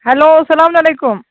hello اسلامُ علیکُم